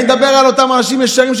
אני מדבר על אותם אנשים ישרים,